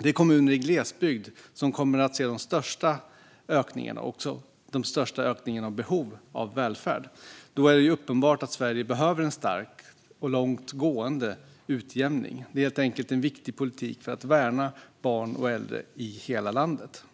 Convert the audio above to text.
Det är kommuner i glesbygd som kommer att se de största ökningarna, också av behovet av välfärd. Då är det uppenbart att Sverige behöver en stark och långtgående utjämning. Det är helt enkelt en viktig politik för att värna barn och äldre i hela landet.